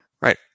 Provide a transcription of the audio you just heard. Right